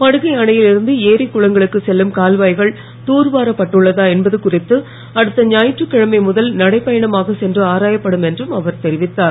படுகை அணையில் இருந்து ஏரி குனங்களுக்கு செல்லும் கால்வாய்கள் தூர்வாரப்பட்டுள்ளதா என்பது குறித்து அடுத்த ஞாயிற்றுக்கிழமை முதல் நடைப்பயணமாக சென்று ஆராயப்படும் என்றும் அவர் தெரிவித்தார்